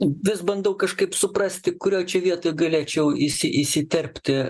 vis bandau kažkaip suprasti kuriuo čia vietoj galėčiau įsi įsiterpti